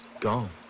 gone